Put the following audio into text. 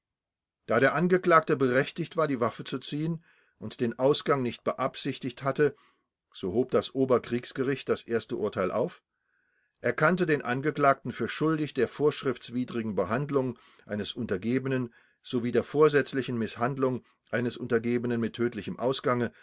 da der angeklagte berechtigt war die waffe zu ziehen und den ausgang gang nicht beabsichtigt hatte so hob das oberkriegsgericht das erste urteil auf erkannte den angeklagten für schuldig der vorschriftswidrigen behandlung eines untergebenen sowie der vorsätzlichen mißhandlung eines untergebenen mit tödlichem ausgange